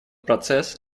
процесс